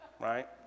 right